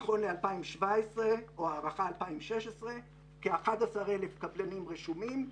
נכון ל-2017 או הערכה 2016 כ-11,000 קבלנים רשומים,